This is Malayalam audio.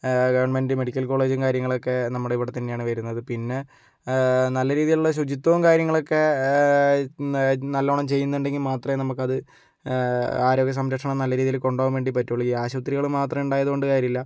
ഗവെണ്മെൻ്റ് മെഡിക്കൽ കോളേജും കാര്യങ്ങളൊക്കെ നമ്മുടെ ഇവിടെ തന്നെയാണ് വരുന്നത് പിന്നെ നല്ല രീതിയിലുള്ള ശുചിത്വവും കാര്യങ്ങളൊക്കെ നല്ലോണം ചെയ്യുന്നുണ്ടെങ്കിൽ മാത്രമേ നമുക്കത് ആരോഗ്യ സംരക്ഷണം നല്ല രീതിയിൽ കൊണ്ടുപോവാൻ വേണ്ടി പറ്റുള്ളൂ ഈ ആശുപത്രികൾ മാത്രം ഉണ്ടായത് കൊണ്ട് കാര്യമില്ല